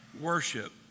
worship